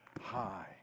high